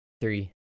Three